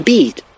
Beat